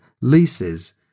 leases